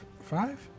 Five